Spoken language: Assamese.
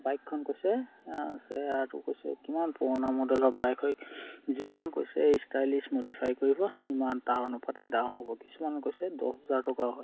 বাইকখন কৈছে চেহেৰাটো কৈছে যিমান পুৰণা মডেলৰ বাইক হয় যিমান কৈছে ষ্টাইলিছ মডিফাই কৰিব সিমানটা অনুপাতে দাম হ'ব কিছুমান কৈছে দছ হেজাৰ টকা হয়